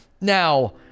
now